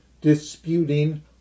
disputing